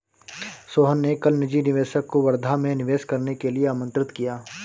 सोहन ने कल निजी निवेशक को वर्धा में निवेश करने के लिए आमंत्रित किया